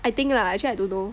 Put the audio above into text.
I think lah actually I don't know